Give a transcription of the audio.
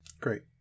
Great